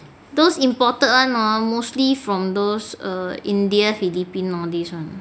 those imported [one] hor mostly from those india philippines all these [one]